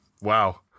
Wow